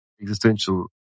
existential